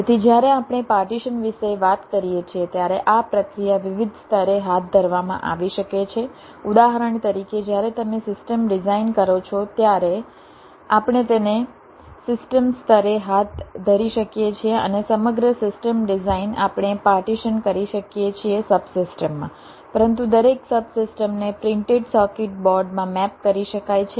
તેથી જ્યારે આપણે પાર્ટીશન વિશે વાત કરીએ છીએ ત્યારે આ પ્રક્રિયા વિવિધ સ્તરે હાથ ધરવામાં આવી શકે છે ઉદાહરણ તરીકે જ્યારે તમે સિસ્ટમ ડિઝાઇન કરો છો ત્યાર આપણે તેને સિસ્ટમ સ્તરે હાથ ધરી શકીએ છીએ અને સમગ્ર સિસ્ટમ ડિઝાઇન આપણે પાર્ટીશન કરી શકીએ છીએ સબસિસ્ટમમાં પરંતુ દરેક સબસિસ્ટમને પ્રિન્ટેડ સર્કિટ બોર્ડ માં મેપ કરી શકાય છે